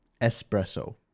Espresso